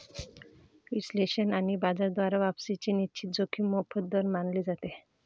विश्लेषक आणि बाजार द्वारा वापसीची निश्चित जोखीम मोफत दर मानले जाते